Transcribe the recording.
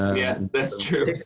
um yeah, that's true.